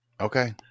Okay